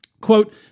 Quote